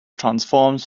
transforms